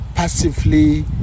passively